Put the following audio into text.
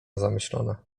zamyślona